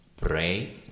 pray